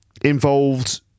involved